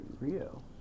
Rio